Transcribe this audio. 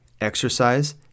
exercise